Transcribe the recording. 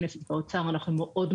להחריג.